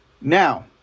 Now